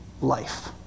life